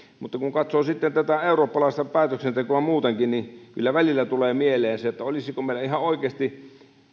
mutta kun katsoo sitten tätä eurooppalaista päätöksentekoa muutenkin niin kyllä välillä tulee mieleen että olisiko meillä ihan oikeasti